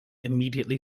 immediately